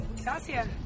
Gracias